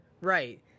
Right